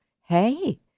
Hey